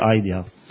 idea